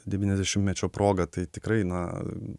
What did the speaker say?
devyniasdešimmečio proga tai tikrai na